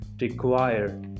require